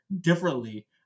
differently